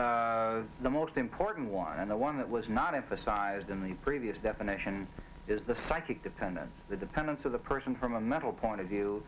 and the most important one and the one that was not emphasized in the previous definition is the psychic dependence the dependence of the person from a mental point of view